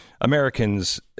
Americans